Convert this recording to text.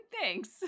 thanks